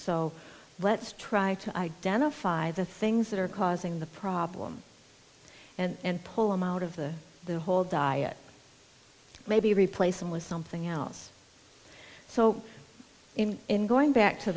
so let's try to identify the things that are causing the problem and pull them out of the whole diet maybe replace them with something else so in going back to